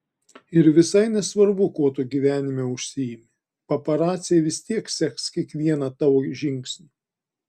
ir visai nesvarbu kuo tu gyvenime užsiimi paparaciai vis tiek seks kiekvieną tavo žingsnį